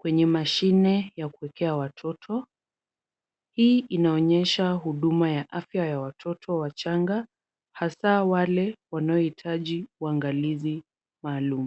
kwenye mashine ya kuwekea watoto. Hii inaonyesha huduma ya afya ya watoto wachanga hasa wale wanaohitaji uangalizi maalum.